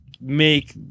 make